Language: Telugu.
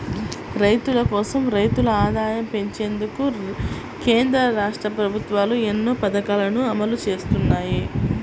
రైతుల కోసం, రైతుల ఆదాయం పెంచేందుకు కేంద్ర, రాష్ట్ర ప్రభుత్వాలు ఎన్నో పథకాలను అమలు చేస్తున్నాయి